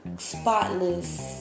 Spotless